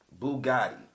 Bugatti